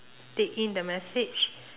take in the message